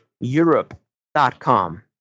Europe.com